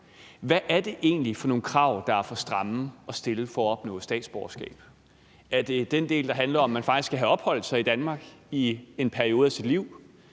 Hvad er det egentlig for nogle krav, der er for stramme at stille til dem, der vil opnå statsborgerskab? Er det den del, der handler om, at man faktisk skal have opholdt sig i Danmark i en periode af sit liv?